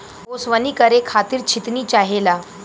ओसवनी करे खातिर छितनी चाहेला